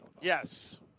Yes